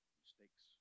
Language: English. mistakes